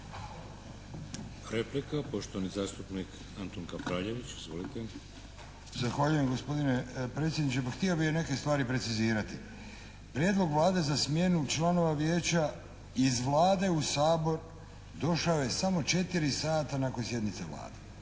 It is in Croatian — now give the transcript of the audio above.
Replika, poštovani zastupnik Antun Kapraljević. Izvolite. **Kapraljević, Antun (HNS)** Zahvaljujem gospodine predsjedniče. Pa htio bih neke stvari precizirati. Prijedlog Vlade za smjenu članova vijeća iz Vlade u Sabor došao je samo četiri sata nakon sjednice Vlade.